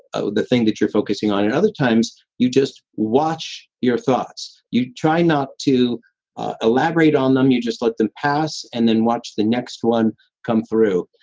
ah the thing that you're focusing on, and other times you just watch your thoughts, you try not to elaborate on them, you just let them pass and then watch the next one come through.